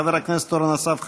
חבר הכנסת אורן אסף חזן.